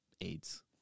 AIDS